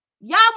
y'all